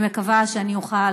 אני מקווה שאני אוכל,